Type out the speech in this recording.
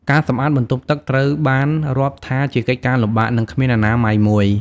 ការសម្អាតបន្ទប់ទឹកត្រូវបានរាប់ថាជាកិច្ចការលំបាក និងគ្មានអនាម័យមួយ។